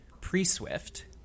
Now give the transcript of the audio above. pre-Swift